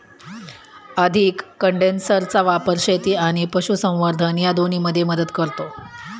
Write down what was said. अधिक कंडेन्सरचा वापर शेती आणि पशुसंवर्धन या दोन्हींमध्ये मदत करतो